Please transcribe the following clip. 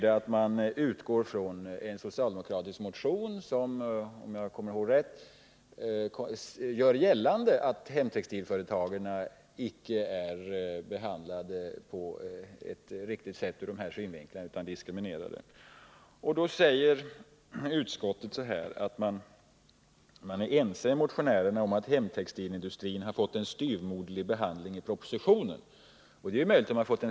Utskottet utgick från en socialdemokratisk motion, som — om jag kommer ihåg rätt — gjorde gällande att hemtextilföretagen icke behandlas på ett riktigt sätt ur de här synvinklarna utan är diskriminerade. Utskottet säger sig vara ense med motionärerna om att hemtextilindustrin har fått en styvmoderlig behandling i propositionen — och det är möjligt.